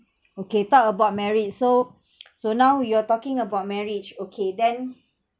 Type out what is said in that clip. okay talk about married so so now you're talking about marriage okay then